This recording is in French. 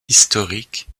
historique